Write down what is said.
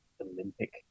Olympic